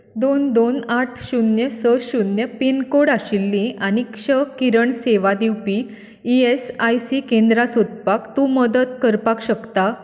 दोन दोन आठ शुन्य स शुन्य पिनकोड आशिल्लीं आनी क्ष किरण सेवा दिवपी ई एस आय सी केंद्रां सोदपाक तूं मदत करपाक शकता